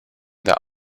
that